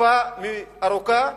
תקופה ארוכה,